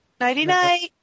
Nighty-night